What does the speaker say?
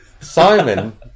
Simon